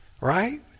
Right